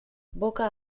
boca